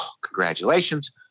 congratulations